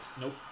Nope